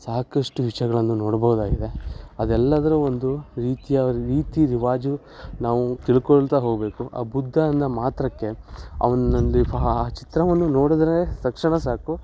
ಸಾಕಷ್ಟು ವಿಷಯಗಳನ್ನು ನೋಡ್ಬೋದಾಗಿದೆ ಅದೆಲ್ಲದರ ಒಂದು ರೀತಿಯ ರೀತಿ ರಿವಾಜು ನಾವು ತಿಳ್ಕೊಳ್ತಾ ಹೋಗ್ಬೇಕು ಆ ಬುದ್ಧ ಅನ್ನೋ ಮಾತ್ರಕ್ಕೆ ಅವ್ನ ಆ ಚಿತ್ರವನ್ನು ನೋಡ್ದ್ರೇ ತಕ್ಷಣ ಸಾಕು